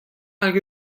hag